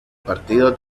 partido